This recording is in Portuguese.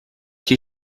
que